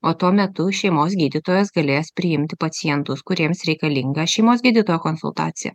o tuo metu šeimos gydytojas galės priimti pacientus kuriems reikalinga šeimos gydytojo konsultacija